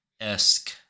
esque